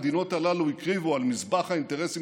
המדינות הללו הקריבו על מזבח האינטרסים